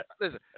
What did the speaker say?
Listen